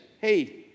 Hey